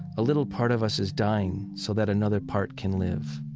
a little part of us is dying, so that another part can live